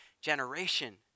generation